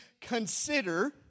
consider